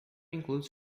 includes